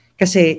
kasi